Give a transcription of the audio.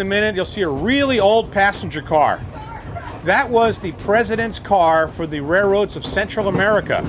in a minute you'll see a really old passenger car that was the president's car for the railroads of central america